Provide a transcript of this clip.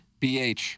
BH